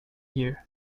year